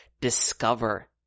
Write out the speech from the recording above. discover